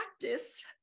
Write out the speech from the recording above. practice